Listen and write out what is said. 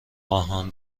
آهن